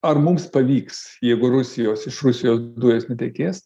ar mums pavyks jeigu rusijos iš rusijos dujos netekės